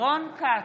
רון כץ,